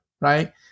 right